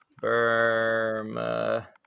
Burma